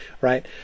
right